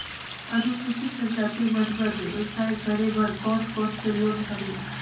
अनुसूचित जनजाति मन बर व्यवसाय करे बर कौन कौन से लोन हवे?